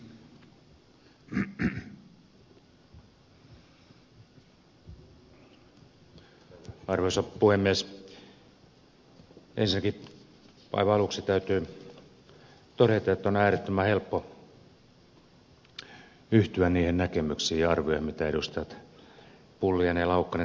ensinnäkin aivan aluksi täytyy todeta että on äärettömän helppo yhtyä niihin näkemyksiin ja arvioihin mitä edustajat pulliainen ja laukkanen tässä edellä totesivat